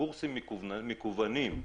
קורסים מקוונים,